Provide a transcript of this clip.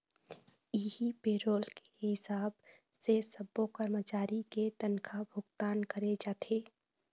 इहीं पेरोल के हिसाब से सब्बो करमचारी के तनखा भुगतान करे जाथे